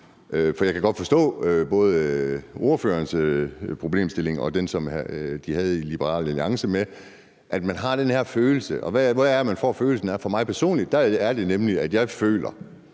mål. Jeg kan godt forstå både ordførerens problemstilling og den, som de havde i Liberal Alliance, med, at man har den her følelse, og hvad er det for en følelse? For mig personligt er det, jeg føler,